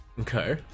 Okay